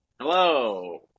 Hello